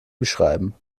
beschreiben